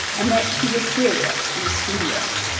and that he was serious and studious,